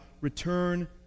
return